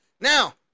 Now